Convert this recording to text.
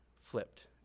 flipped